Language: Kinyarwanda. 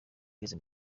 ageze